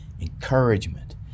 encouragement